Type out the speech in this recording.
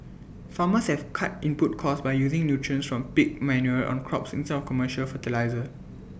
farmers have cut input costs by using nutrients from pig manure on crops in tell commercial fertiliser